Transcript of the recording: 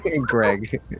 Greg